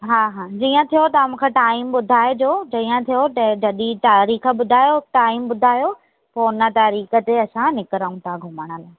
हा हा जीअं थियो तव्हां मूंखे टाइम ॿुधाइजो जीअं थियो ऐं ज जॾहिं तारीख़ ॿुधायो टाइम ॿुधायो पोइ हुन तारीख़ ते असां निकिरूं था घुमणु